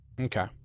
Okay